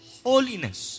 holiness